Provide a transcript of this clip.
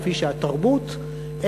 כמו התרבות,